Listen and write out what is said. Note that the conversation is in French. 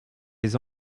les